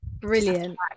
Brilliant